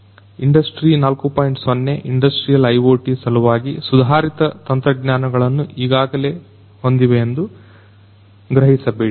0 industrial IoT ಸಲುವಾಗಿ ಸುಧಾರಿತ ತಂತ್ರಜ್ಞಾನಗಳನ್ನು ಈಗಾಗಲೇ ಹೊಂದಿವೆಯೆಂದು ಗ್ರಹಿಸ ಬೇಡಿ